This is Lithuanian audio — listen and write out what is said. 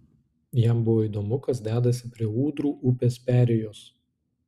jam buvo įdomu kas dedasi prie ūdrų upės perėjos